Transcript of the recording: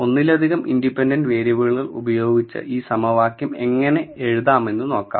ഒന്നിലധികം ഇൻഡിപെൻഡന്റ് വേരിയബിളുകൾ ഉപയോഗിച്ച് ഈ സമവാക്യം എങ്ങനെ എഴുതാമെന്ന് നോക്കാം